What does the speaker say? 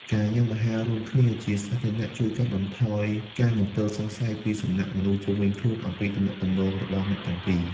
ការញ៉ាំអាហាររួមគ្នាជាសាធារណៈ ជួយកាត់បន្ថយការមន្ទិលសង្ស័យពីសំណាក់មនុស្សជុំវិញខ្លួនអំពីទំនាក់ទំនងរបស់អ្នកទាំងពីរ។